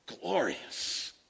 Glorious